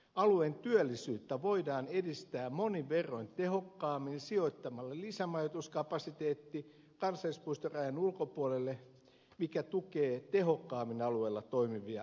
alueen työllisyyttä voidaan edistää monin verroin tehokkaammin sijoittamalla lisämajoituskapasiteetti kansallispuistorajan ulkopuolelle mikä tukee tehokkaammin alueella toimivia lukuisia pienyrittäjiä